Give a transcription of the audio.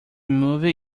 movie